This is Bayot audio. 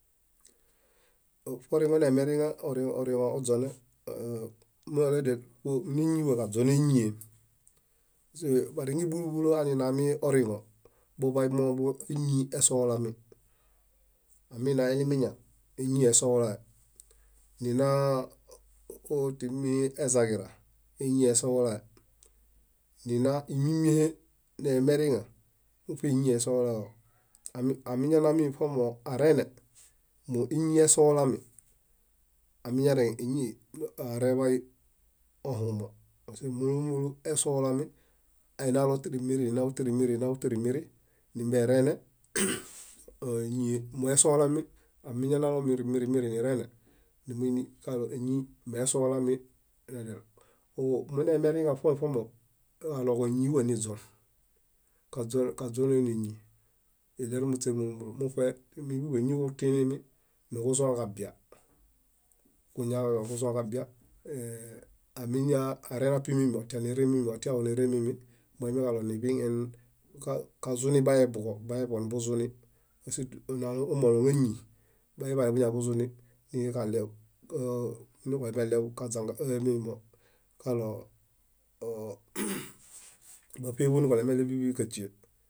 Foriŋo neemeriŋa tĩwa kaźonen éñiem bariŋe búlu búlu aninaami oriŋo muḃamo éñiesohulami. Aminaelimiña, éñi, éñiesohulae, niaa timi ezaġira, éñiesohulae, nina ímimiehe neemeriŋa muṗe éñiesohulaġo amiñana miṗomo areene, móeñi esohulami amiñara éñieereḃai ohuumo pase moesohulami ainau tíri miri ninau tíri miri nimbiereene moesohulami amiñanalo tíri miri miri nimbiereene, moini kalo éñimesohulami nedial, mineemeriŋa ṗomo, kalooġom íñiwa niźon. Kaźonenéñi iɭerumuśe múlu múlu muṗe bíḃañii ġutĩlimi niġuzõġabia amiñareŋ ñapi mimi otia nireŋmimi otiaho nireŋ mimi moimikalo niḃiñen kazunibayebuġo bayebuġo nibuzuni mosimo omaloŋ áñi, bayiḃale buñanibuzuni ni báṗeḃo niġulemeɭew káśie.